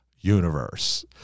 universe